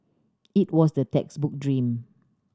it was the textbook dream